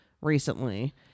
recently